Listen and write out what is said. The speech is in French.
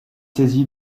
saisi